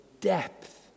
depth